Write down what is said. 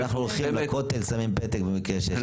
אנחנו הולכים לכותל, שמים פתק במקרה שיש תלונות.